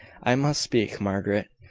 i must speak, margaret.